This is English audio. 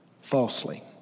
falsely